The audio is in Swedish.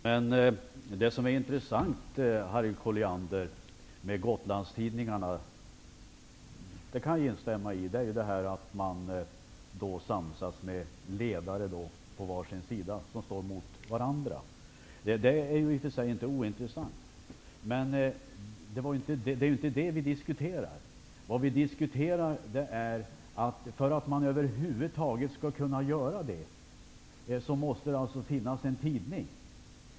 Herr talman! Det som är intressant med Gotlandstidningarna, Harriet Colliander, är att man kan samsas i en tidning om ledare på var sin sida, som står mot varandra -- det kan jag instämma i är bra. Det är inte ointressant. Men det är inte detta som vi diskuterar. Vad vi diskuterar är att det för att man över huvud taget skall kunna samsas om en ledare måste finnas en tidning.